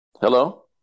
Hello